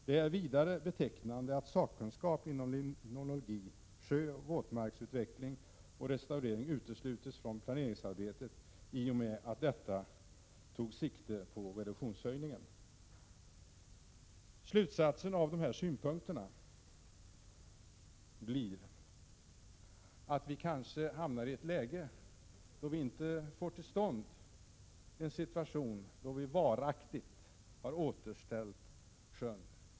Det är vidare betecknande att sakkunskap inom limnologi, sjöoch våtmarksutveckling samt restaurering uteslutits från planeringsarbetet i och med att detta förslag tog sikte på reduktionshöjningen. Slutsatsen av dessa synpunkter blir att vi kanske hamnar i ett läge där vi inte får till stånd en situation som innebär att vi varaktigt har återställt sjön.